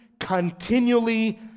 Continually